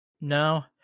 no